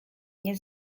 nie